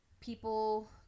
people